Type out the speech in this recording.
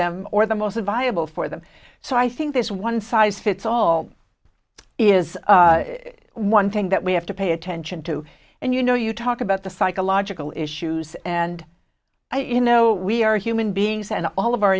them or the most viable for them so i think this one size fits all is one thing that we have to pay attention to and you know you talk about the psychological issues and i you know we are human beings and all of our